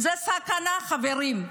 זו סכנה, חברים.